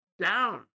down